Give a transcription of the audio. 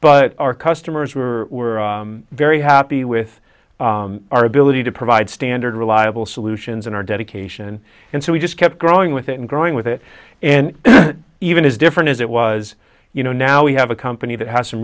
but our customers were very happy with our ability to provide standard reliable solutions in our dedication and so we just kept growing with it and growing with it and even as different as it was you know now we have a company that has some